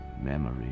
memory